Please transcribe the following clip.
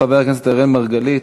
חבר הכנסת אראל מרגלית,